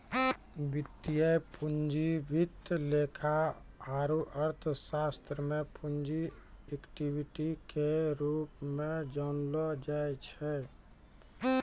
वित्तीय पूंजी वित्त लेखा आरू अर्थशास्त्र मे पूंजी इक्विटी के रूप मे जानलो जाय छै